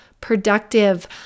productive